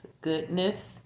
goodness